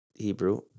Hebrew